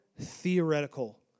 theoretical